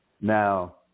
now